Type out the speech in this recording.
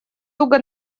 туго